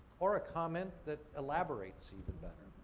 or a comment that elaborates, even better.